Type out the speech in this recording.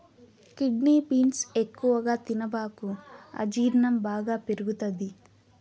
kidney beans ఎక్కువగా తినబాకు అజీర్ణం బాగా పెరుగుతది